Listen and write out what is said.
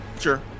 Sure